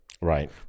right